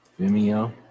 Vimeo